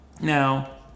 Now